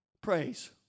praise